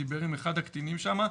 דיבר עם אחד הקטינים שם,